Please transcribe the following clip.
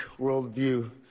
worldview